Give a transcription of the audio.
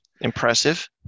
Impressive